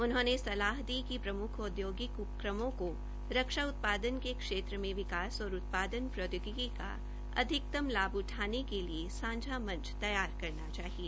उन्होंने सलाह दी कि प्रमुख औदयोगिक उपक्रमो को रक्षा उत्पादन के क्षेत्र में विकास और उत्पादन प्रौद्योगिकी का अधिकतम लाभ उठाने के लिए सांझा मंच तैयार करना चाहिए